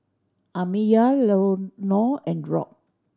Amiyah Leonor and Rob